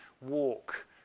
walk